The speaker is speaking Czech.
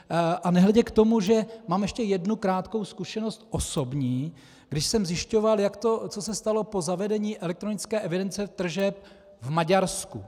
A nehledě k tomu, že mám ještě jednu krátkou zkušenost osobní, když jsem zjišťoval, co se stalo po zavedení elektronické evidence tržeb v Maďarsku.